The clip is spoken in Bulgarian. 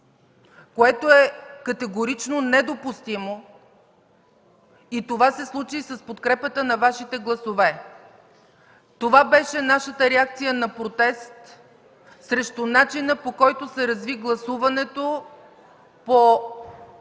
което е категорично недопустимо? И това се случи с подкрепата на Вашите гласове! Това беше нашата реакция на протест срещу начина, по който се разви гласуването по